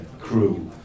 crew